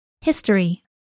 History